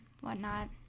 whatnot